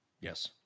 Yes